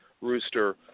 Rooster